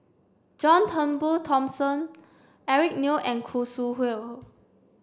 John Turnbull Thomson Eric Neo and Khoo Sui Hoe